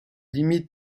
limites